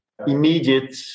immediate